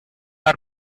are